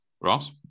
Ross